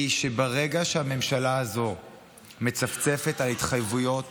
היא שברגע שהממשלה הזו מצפצפת על התחייבויות